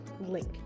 link